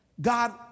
God